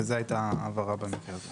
וזו הייתה ההבהרה במקרה זה.